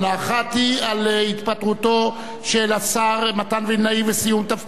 היא על התפטרותו של השר מתן וילנאי וסיום תפקידו,